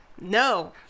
no